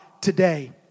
today